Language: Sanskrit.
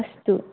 अस्तु